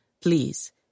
please